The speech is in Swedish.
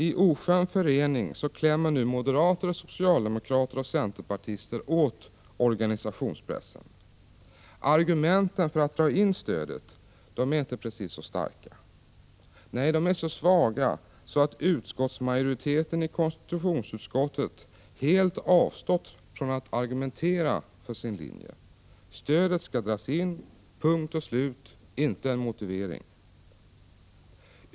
I oskön förening klämmer nu moderater, socialdemokrater och centerpartister åt organisationspressen. Argumenten för att dra in stödet är inte precis starka. Nej, de är så svaga att majoriteten i konstitutionsutskottet helt avstått från att argumentera för sin linje. Stödet skall dras in, punkt och slut - inte en motivering!